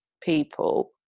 people